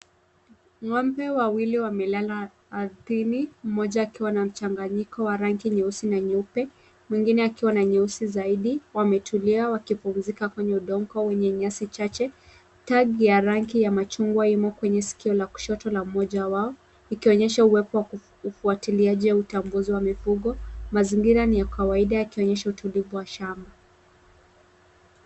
Ng'ombe wawili wamelala ardhini mmoja akiwa na mchanganyiko wa rangi nyeusi na nyeupe, mwingine akiwa na nyeusi zaidi, wametulia wakipumzika kwenye udongo wenye nyasi chache. Tagi ya rangi ya machungwa imo kwenye sikio la kushoto la mmoja wao ikionyesha uwepo wa ufuatiliaji wa utambuzi wa mifugo, mazingira ni ya kawaida yakionyesha utulivu wa shamba.